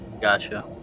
Gotcha